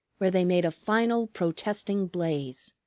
where they made a final protesting blaze.